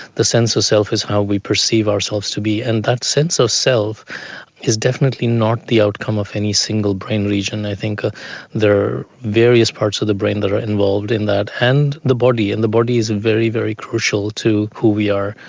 the sense of self is how we perceive ourselves to be, and that sense of so self is definitely not the outcome of any single brain region. i think ah there are various parts of the brain that are involved in that and the body, and the body is and very, very crucial to who we are.